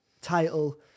title